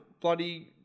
bloody